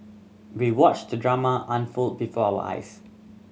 we watched the drama unfold before our eyes